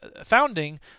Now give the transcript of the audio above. founding